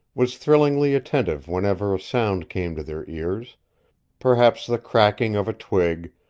was thrillingly attentive whenever a sound came to their ears perhaps the cracking of a twig,